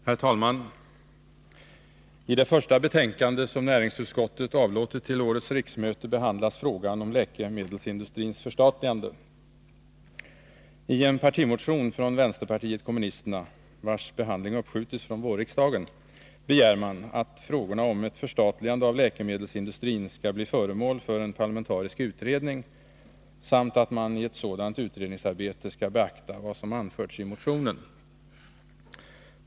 inom läkemedels Herr talman! I det första betänkande som näringsutskottet avlåtit till årets industrin riksmöte behandlas frågan om läkemedelsindustrins förstatligande. I en partimotion från vänsterpartiet kommunisterna — vars behandling uppskjutits från vårriksdagen — begärs att frågorna om ett förstatligande av läkemedelsindustrin skall bli föremål för en parlamentarisk utredning samt att man i ett sådant utredningsarbete skall beakta vad som anförts i motionen.